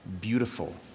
beautiful